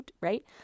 right